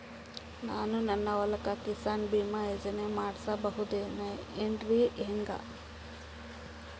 ನಾನು ನನ್ನ ಹೊಲಕ್ಕ ಕಿಸಾನ್ ಬೀಮಾ ಯೋಜನೆ ಮಾಡಸ ಬಹುದೇನರಿ ಹೆಂಗ?